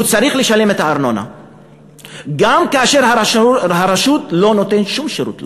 הוא צריך לשלם את הארנונה גם כאשר הרשות לא נותנת לו שום שירות.